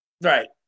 Right